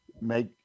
make